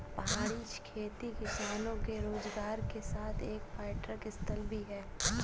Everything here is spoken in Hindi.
पहाड़ी खेती किसानों के रोजगार के साथ एक पर्यटक स्थल भी है